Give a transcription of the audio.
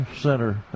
Center